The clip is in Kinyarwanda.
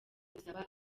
gusaba